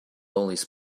always